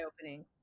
opening